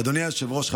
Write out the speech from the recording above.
אדוני היושב-ראש,